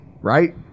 right